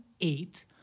eight